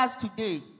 today